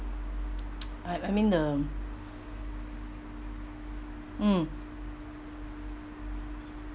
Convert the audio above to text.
I I mean the mm